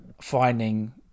finding